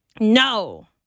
No